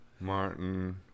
Martin